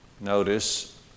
Notice